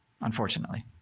unfortunately